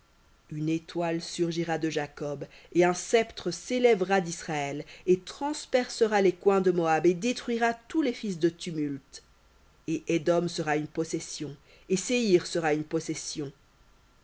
une étoile surgira de jacob et un sceptre s'élèvera d'israël et transpercera les coins de moab et détruira tous les fils de tumulte et édom sera une possession et séhir sera une possession